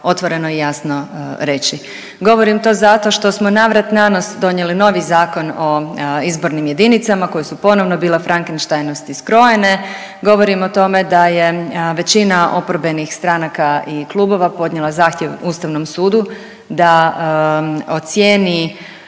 otvoreno i jasno reći. Govorim to zato što smo navrat-nanos donijeli novi Zakon o izbornim jedinicama koje su ponovno bile frankenštajnovski skrojene. Govorim o tome da je većina oporbenih stranaka i klubova podnijela zahtjev Ustavnom sudu da ocijeni,